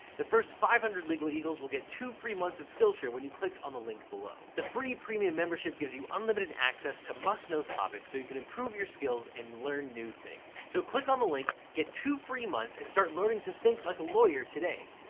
the first five hundred legal eagles will get two free months of skillshare when you click on the link below. the free premium membership gives you unlimited access to must-know topics so you can improve your skills and learn new things. so, click on the link, get two free months, and start learning to think like a lawyer today.